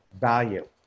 value